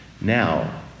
Now